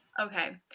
Okay